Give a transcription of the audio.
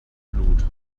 blut